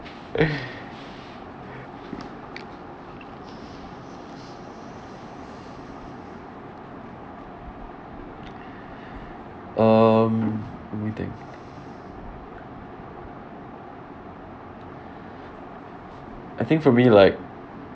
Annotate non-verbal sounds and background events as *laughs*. *laughs* um let me think I think for me like